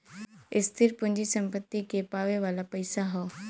स्थिर पूँजी सम्पत्ति के पावे वाला पइसा हौ